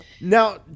Now